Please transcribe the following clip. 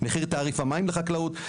מחיר תעריף המים לחקלאות.